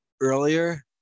earlier